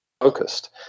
focused